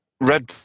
Red